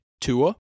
Tua